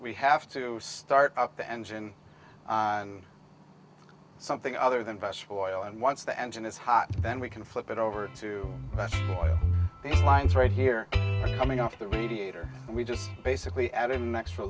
we have to start up the engine on something other than vegetable oil and once the engine is hot then we can flip it over to the winds right here coming off the radiator we just basically add an extra